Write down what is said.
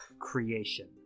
creation